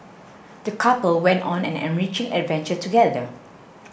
the couple went on an enriching adventure together